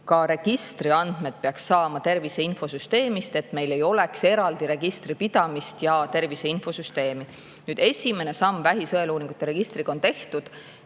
ka registriandmed peaks saama tervise infosüsteemist, et meil ei oleks eraldi registri pidamist ja tervise infosüsteemi. Esimene samm vähi sõeluuringute registriga on tehtud.